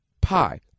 Pi